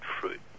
fruit